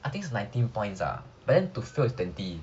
I think it's nineteen points ah but then to fail is twenty